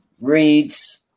reads